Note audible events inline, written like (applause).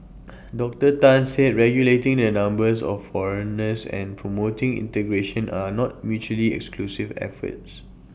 Doctor Tan said regulating the numbers of foreigners and promoting integration are not mutually exclusive efforts (noise)